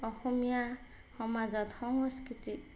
অসমীয়া সমাজত সংস্কৃতিত